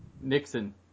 Nixon